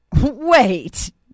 Wait